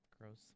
Gross